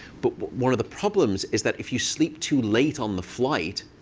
but but one of the problems is that if you sleep too late on the flight,